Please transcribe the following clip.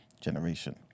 generation